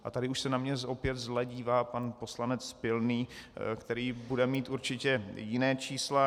A tady už se na mě opět zle dívá pan poslanec Pilný, který bude mít určitě jiná čísla.